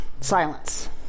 Silence